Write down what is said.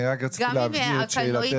אני רק רציתי להבהיר את שאלתך.